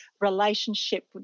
relationship